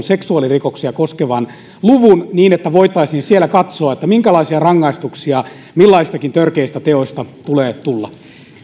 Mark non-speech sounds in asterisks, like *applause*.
*unintelligible* seksuaalirikoksia koskevan kahdenkymmenen luvun niin että voitaisiin katsoa minkälaisia rangaistuksia millaisistakin törkeistä teoista tulee tulla